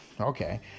okay